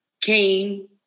came